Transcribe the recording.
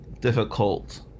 difficult